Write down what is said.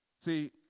See